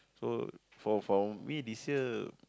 so for for me this year